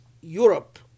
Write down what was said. Europe